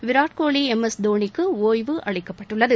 Virat Kohli M S தோனிக்கு ஒய்வு அளிக்கப்பட்டுள்ளது